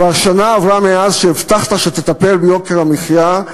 כבר בשנה עברה מאז שהבטחת שתטפל ביוקר המחיה,